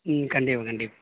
ம் கண்டிப்பாக கண்டிப்பாக